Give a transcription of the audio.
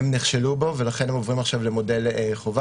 הם נכשלו בו, ולכן הם עוברים עכשיו למודל חובה.